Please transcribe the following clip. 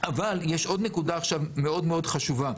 אבל יש עוד נקודה עכשיו מאוד מאוד חשובה.